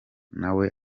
nawe